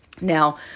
now